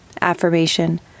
Affirmation